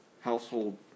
household